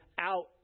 out